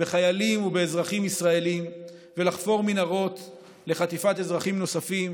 בחיילים ובאזרחים ישראלים ולחפור מנהרות לחטיפת אזרחים נוספים,